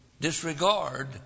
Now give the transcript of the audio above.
disregard